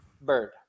Bird